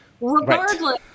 regardless